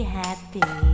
happy